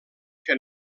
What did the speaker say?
que